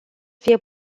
fie